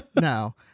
No